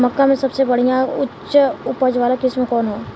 मक्का में सबसे बढ़िया उच्च उपज वाला किस्म कौन ह?